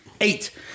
Eight